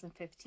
2015